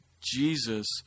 Jesus